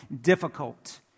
difficult